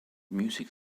music